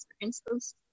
experiences